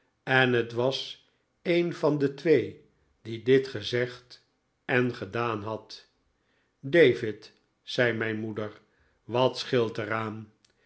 en het was een van de twee die dit gezegd en gedaan had david zei mijn moeder wat scheelt er aan